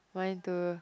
mine too